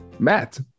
Matt